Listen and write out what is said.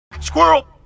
Squirrel